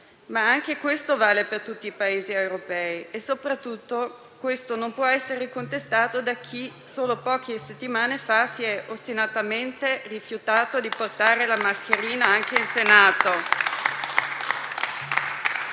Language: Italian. Ma anche questo però vale per tutti i Paesi europei e, soprattutto, non può essere contestato da chi, solo poche settimane fa, si rifiutava ostinatamente di portare la mascherina anche in Senato.